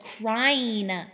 crying